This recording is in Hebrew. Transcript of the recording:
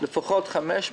לפחות 500,